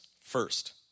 First